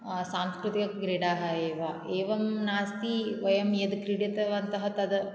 सांस्कृतिक क्रीडाः एव एवं नास्ति वयं यद् क्रीडितवन्तः तद्